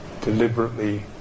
deliberately